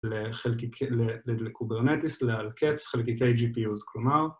לקוברנטיס, לאלקץ חלקיקי ג'יפיוס, כלומר